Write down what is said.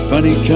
Funny